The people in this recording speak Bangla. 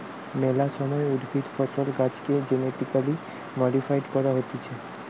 মেলা সময় উদ্ভিদ, ফসল, গাছেকে জেনেটিক্যালি মডিফাইড করা হতিছে